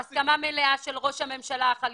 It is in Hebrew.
יש הסכמה מלאה של ראש הממשלה החליפי.